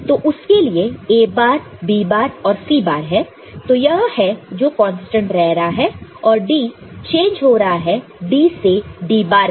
तो उसके लिए A बार B बार और C बार है तो यह है जो कांस्टेंट रह रहा है और D चेंज हो रहा है D से D बार में